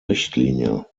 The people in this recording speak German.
richtlinie